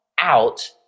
out